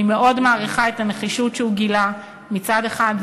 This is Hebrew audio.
אני מאוד מעריכה את הנחישות שהוא גילה מצד אחד,